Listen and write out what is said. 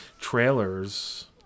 trailers